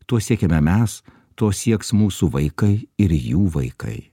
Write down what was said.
to siekiame mes to sieks mūsų vaikai ir jų vaikai